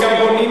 וגם בונים,